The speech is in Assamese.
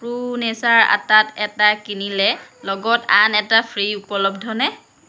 প্ৰ' নেচাৰ আটাত এটা কিনিলে লগত আন এটা ফ্ৰী উপলব্ধ নে